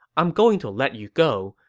i'm going to let you go,